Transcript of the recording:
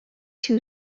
two